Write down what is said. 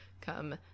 come